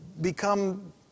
become